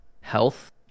health